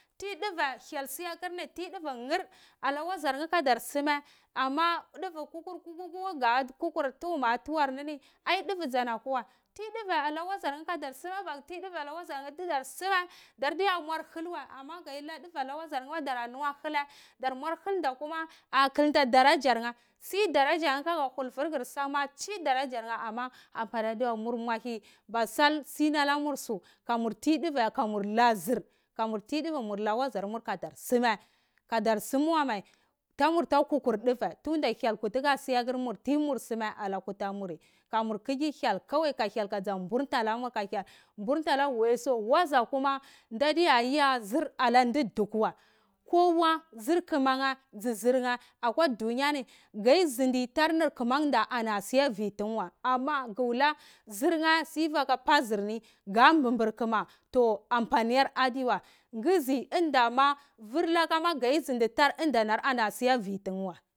Ti dva hyel tsa siyarkr ala wasuye kadar sime, amma taka kurkur ka kur tuhum adi dua sana kwayva tai dva darnan wazarye kadarsime. dartata muar hilwa, bakula dva ne wazir wa dara hilaye, darma hilda kuma a klta tsi daraji ye, ada tsi dareye, nur muahi ka sal sintanamur kamur ime, da su kamur ta dua ka mul na wazarmun kada sime, simwamu damurta kukur dva hyel kutuker siyakr sime ala kutarmuri, kamurki hyek ka hyel kesa mburte namuri, ka hyel burtana waiso date taya zir na dutukuwa, zir kumeye su zirye kwa duniyau, soni ko nukama ana si fitiwa, ama ku wula zirye sifaka pa sirna ar bupr kuma to ampani yar a dowa kusi indama, fillakama kado sini dar indorma asifitukwa